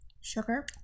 sugar